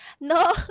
No